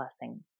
blessings